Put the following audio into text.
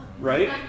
right